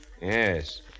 Yes